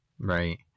Right